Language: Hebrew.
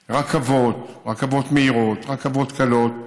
רכבות, רכבות מהירות, רכבות קלות.